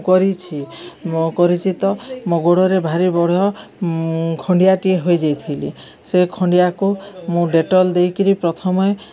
କରିଛି କରିଛି ତ ମୋ ଗୋଡ଼ରେ ଭାରି ବଡ଼ ଖଣ୍ଡିଆଟିଏ ହୋଇଯାଇଥିଲି ସେ ଖଣ୍ଡିଆକୁ ମୁଁ ଡେଟଲ ଦେଇ କରି ପ୍ରଥମେ